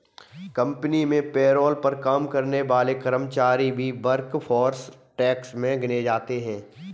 company में payroll पर काम करने वाले कर्मचारी ही वर्कफोर्स टैक्स में गिने जाते है